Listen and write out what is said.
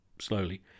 slowly